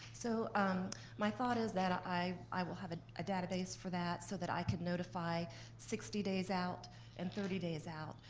so um my thought is that i i will have a ah database for that so that i can notify sixty days out and thirty days out,